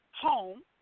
home